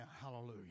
Hallelujah